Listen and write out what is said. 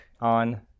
on